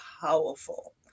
powerful